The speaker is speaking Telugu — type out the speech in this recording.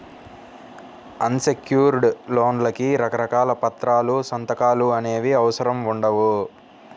అన్ సెక్యుర్డ్ లోన్లకి రకరకాల పత్రాలు, సంతకాలు అనేవి అవసరం ఉండవు